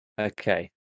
okay